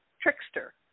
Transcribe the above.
trickster